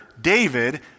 David